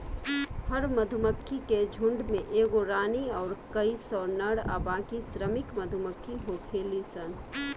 हर मधुमक्खी के झुण्ड में एगो रानी अउर कई सौ नर आ बाकी श्रमिक मधुमक्खी होखेली सन